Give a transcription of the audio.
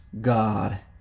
God